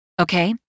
okay